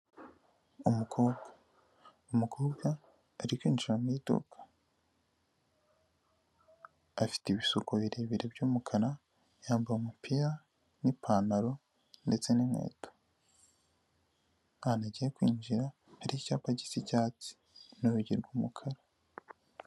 Umukobwa, umukobwa ari kwijira mu iduka. Afite ibisuko birebire by'mukara, yambaye umupira n' ipantaro ndetse n' inkweto. Ahantu agiye kwinjira hari icyapa gisa cyatsi n' urugi rw'umukara.